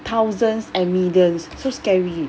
thousands and millions so scary